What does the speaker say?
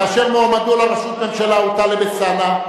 כאשר מועמדו לראשות הממשלה הוא טלב אלסאנע,